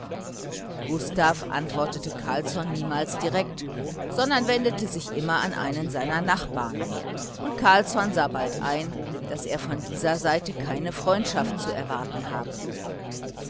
gustav antwortete carlsson niemals direkt sondern wendete sich immer an einen seiner nachbarn und carlsson sah bald ein daß er von dieser seite keine freundschaft zu erwarten habe